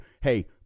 hey